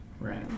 Right